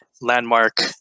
landmark